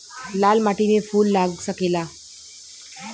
लाल माटी में फूल लाग सकेला?